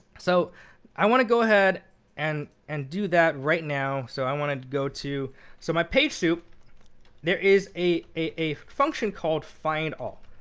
so i want to go ahead and and do that right now. so i want to go to so my page soup there is a a function called find all.